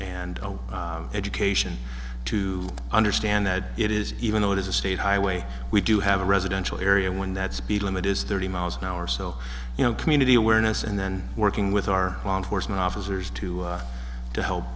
and education to understand that it is even though it is a state highway we do have a residential area when that speed limit is there any miles an hour so you know community awareness and then working with our law enforcement officers to to help